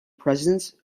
presence